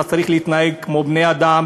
אתה צריך להתנהג כמו בני-אדם,